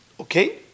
okay